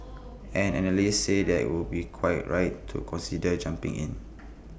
and analysts say they would be quite right to consider jumping in